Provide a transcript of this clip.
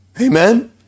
Amen